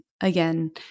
again